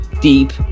deep